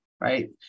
right